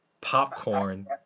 Popcorn